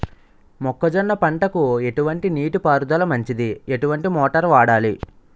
మొక్కజొన్న పంటకు ఎటువంటి నీటి పారుదల మంచిది? ఎటువంటి మోటార్ వాడాలి?